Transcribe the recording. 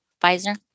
Pfizer